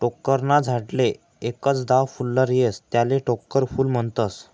टोक्कर ना झाडले एकच दाव फुल्लर येस त्याले टोक्कर फूल म्हनतस